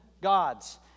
gods